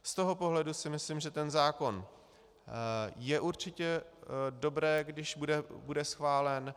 Z toho pohledu si myslím, že ten zákon je určitě dobré, když bude schválen.